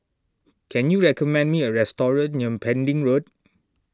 can you recommend me a restaurant near Pending Road